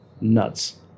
Nuts